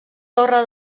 torre